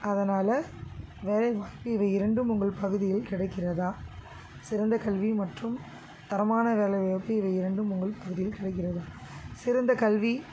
அதனால் வேலை வாய்ப்பு இவை இரண்டும் உங்கள் பகுதியில் கிடைக்கிறதா சிறந்த கல்வி மற்றும் தரமான வேலை வாய்ப்பு இவை இரண்டும் உங்கள் பகுதியில் கிடைக்கிறதா சிறந்த கல்வி